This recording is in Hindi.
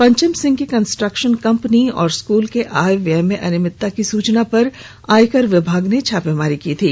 पंचम सिंह की कंस्ट्रक्शन कंपनी और स्कूल के आय व्यय में अनियमितता की सूचना पर आयकर विभाग ने छापेमारी की थी